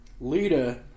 Lita